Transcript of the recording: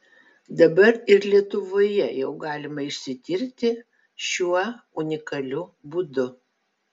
dabar ir lietuvoje jau galima išsitirti šiuo unikaliu būdu